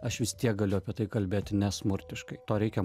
aš vis tiek galiu apie tai kalbėti ne smurtiškai to reikia